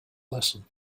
lesson